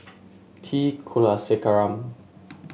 T Kulasekaram